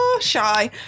shy